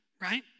right